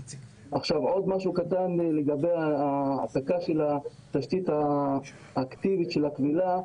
לגבי העתקה של התשתית האקטיבית של הכבילה,